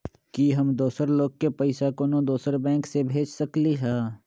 कि हम दोसर लोग के पइसा कोनो दोसर बैंक से भेज सकली ह?